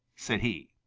said he.